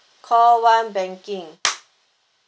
call one banking